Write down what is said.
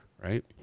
right